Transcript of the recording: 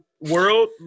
world